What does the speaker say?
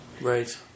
Right